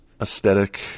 aesthetic